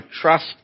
trust